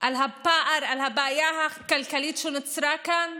על הפער, על הבעיה הכלכלית שנוצרה כאן.